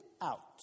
out